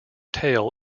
tail